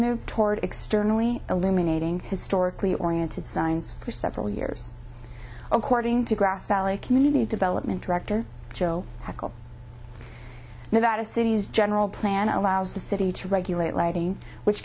moved toward externally eliminating historically oriented signs for several years according to grass valley community development director joe about a city's general plan allows the city to regulate lighting which